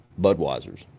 Budweisers